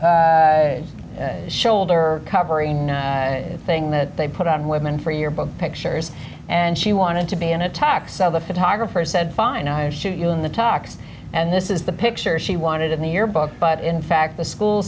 drape shoulder covering thing that they put on women for your book pictures and she wanted to be an attack so the photographer said fine i'll shoot you in the talks and this is the picture she wanted in the yearbook but in fact the school